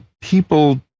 people